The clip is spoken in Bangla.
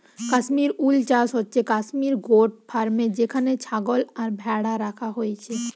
কাশ্মীর উল চাষ হচ্ছে কাশ্মীর গোট ফার্মে যেখানে ছাগল আর ভ্যাড়া রাখা হইছে